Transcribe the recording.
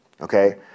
okay